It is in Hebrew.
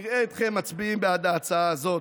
נראה אתכם מצביעים בעד ההצעה הזאת.